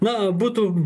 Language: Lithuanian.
na būtų